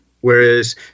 Whereas